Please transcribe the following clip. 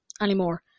anymore